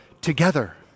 together